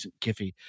Kiffy